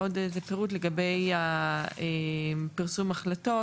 עוד פירוט לגבי פרסום החלטות,